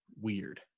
weird